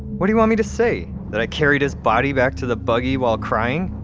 what do you want me to say, that i carried his body back to the buggy while crying?